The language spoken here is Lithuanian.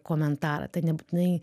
komentarą tai nebūtinai